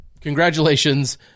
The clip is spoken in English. congratulations